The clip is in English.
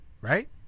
Right